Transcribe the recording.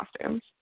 costumes